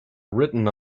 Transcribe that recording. written